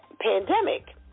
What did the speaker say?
pandemic